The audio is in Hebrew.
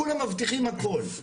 כולם מבטיחים הכל.